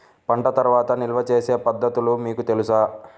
పంట తర్వాత నిల్వ చేసే పద్ధతులు మీకు తెలుసా?